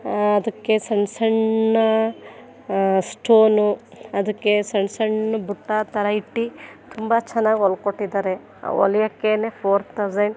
ಅದಕ್ಕೆ ಸಣ್ಣ ಸಣ್ಣ ಸ್ಟೋನು ಅದಕ್ಕೆ ಸಣ್ಣ ಸಣ್ಣ ಬುಟ್ಟ ಥರ ಇಟ್ಟು ತುಂಬ ಚೆನ್ನಾಗಿ ಹೊಲ್ಕೊಟ್ಟಿದ್ದಾರೆ ಹೊಲೆಯೋಕ್ಕೇನೆ ಫೋರ್ ಥೌಸಂಡ್